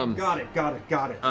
um got it, got it, got it.